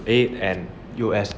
eight and U_S